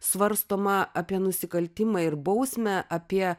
svarstoma apie nusikaltimą ir bausmę apie